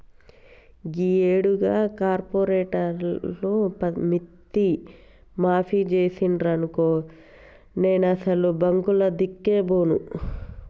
గీయేడు గా కార్పోరేటోళ్లు మిత్తి మాఫి జేసిండ్రనుకో నేనసలు బాంకులదిక్కే బోను